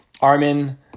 Armin